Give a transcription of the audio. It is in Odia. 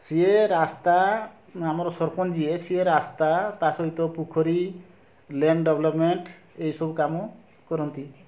ସିଏ ରାସ୍ତା ଆମର ସରପଞ୍ଚ ଯିଏ ସିଏ ରାସ୍ତା ତା ସହିତ ପୋଖରୀ ଲେନ୍ ଡେଭେଲୋପମେଣ୍ଟ୍ ଏହି ସବୁ କାମ କରନ୍ତି